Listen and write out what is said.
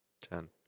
ten